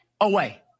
away